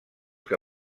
que